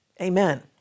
Amen